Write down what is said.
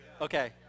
Okay